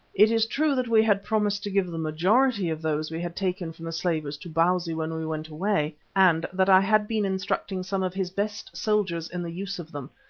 it is true that we had promised to give the majority of those we had taken from the slavers to bausi when we went away, and that i had been instructing some of his best soldiers in the use of them,